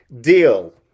deal